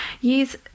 Use